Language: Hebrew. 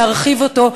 להרחיב אותו,